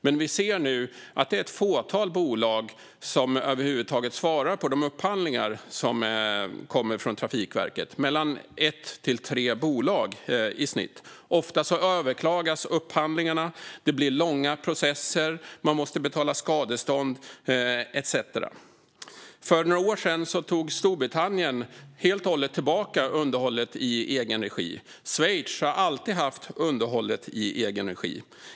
Men vi ser nu att det är ett fåtal bolag som över huvud taget svarar på de upphandlingar som kommer från Trafikverket. Det är i snitt mellan ett och tre bolag som svarar. Ofta överklagas upphandlingarna. Det blir långa processer. Man måste betala skadestånd etcetera. För några år sedan tog Storbritannien helt och hållet tillbaka underhållet i statens egen regi. Schweiz har alltid haft underhållet i egen regi.